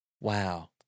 wow